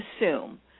assume